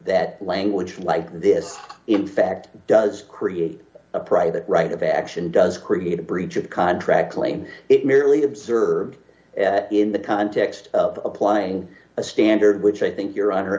that language like this in fact does create a private right of action does create a breach of contract claim it merely observed in the context of applying a standard which i think you're on her